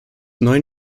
neuen